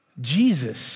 Jesus